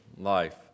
life